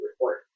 report